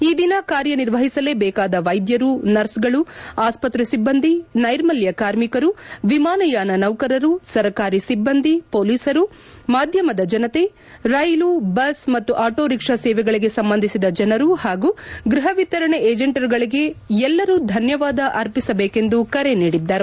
ಈ ದಿನ ಕಾರ್ಯ ನಿರ್ವಹಿಸಲೇಬೇಕಾದ ವೈದ್ಯರು ನರ್ಸ್ಗಳು ಆಸ್ಪತ್ರೆ ಸಿಬ್ಬಂದಿ ನೈರ್ಮಲ್ಯ ಕಾರ್ಮಿಕರು ವಿಮಾನಯಾನ ನೌಕರರು ಸರಕಾರಿ ಸಿಬ್ಬಂದಿ ಪೊಲೀಸರು ಮಾಧ್ಯಮದ ಜನತೆ ರೈಲು ಬಸ್ ಮತ್ತು ಆಟೋ ರಿಕ್ಷಾ ಸೇವೆಗಳಿಗೆ ಸಂಬಂಧಿಸಿದ ಜನರು ಹಾಗೂ ಗೃಹ ವಿತರಣೆ ಏಜೆಂಟರುಗಳಿಗೆ ಎಲ್ಲರೂ ಧನ್ನವಾದ ಅರ್ಪಿಸಬೇಕೆಂದು ಕರೆ ನೀಡಿದ್ದರು